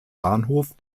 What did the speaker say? bahnhof